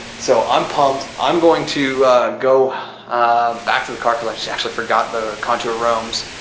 so, i'm pumped, i'm going to go back to the car cause i actually forgot the contour roams.